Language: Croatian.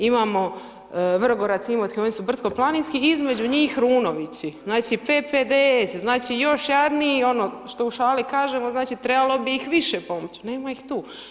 Imamo Vrgorac, Imotski, oni su brdsko-planinski i između njih Runovići, znači PPDS, znači još jadniji, što u šali kažemo, trebalo bih ih više pomoć, nema ih tu.